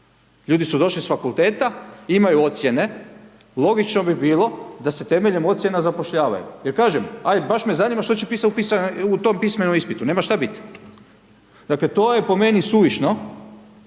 Ljudi su došli s fakulteta, imaju ocijene, logično bi bilo da se temeljem ocjena zapošljavaju jer kažem, aj baš me zanima što će pisati u tom pismenom ispitu, nema šta bit, dakle, to je po meni suvišno.